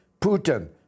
Putin